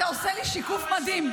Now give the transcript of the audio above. אתה עושה לי שיקוף מדהים.